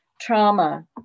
trauma